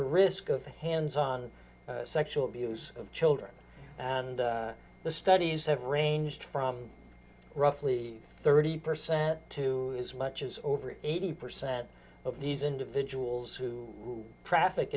the risk of hands on sexual abuse of children and the studies have ranged from roughly thirty percent to as much as over eighty percent of these individuals who traffic